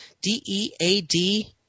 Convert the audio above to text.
D-E-A-D